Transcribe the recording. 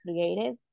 creative